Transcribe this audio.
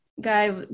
guy